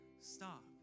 stop